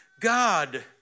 God